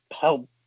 help